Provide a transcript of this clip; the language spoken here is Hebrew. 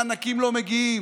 מענקים לא מגיעים,